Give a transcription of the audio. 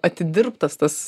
atidirbtas tas